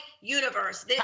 universe